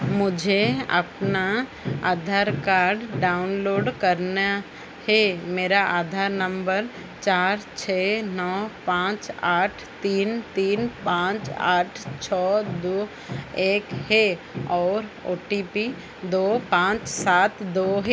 मुझे अपना Aadhaar card download करना है मेरा आधार नम्बर चार छः नौ पाँच आठ तीन तीन पाँच आठ छः दो एक है और ओ टी पी दो पाँच सात दो है